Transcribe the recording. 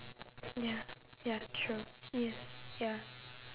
ya ya true yes ya